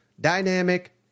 dynamic